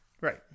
Right